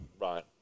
Right